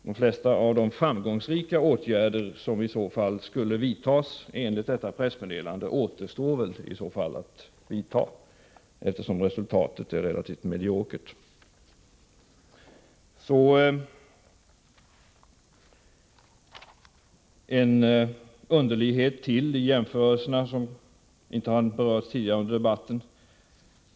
De flesta av de framgångsrika åtgärder som enligt detta pressmeddelande skulle vidtas återstår väl att vidta, eftersom resultatet är så mediokert. Sedan till ytterligare en underlighet i jämförelserna, som inte berörts tidigare i debatten.